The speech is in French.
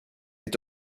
est